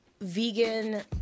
vegan